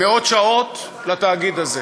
מאות שעות לתאגיד הזה.